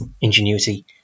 ingenuity